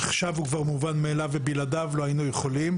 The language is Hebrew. עכשיו הוא כבר מובן מאליו ובלעדיו לא היינו יכולים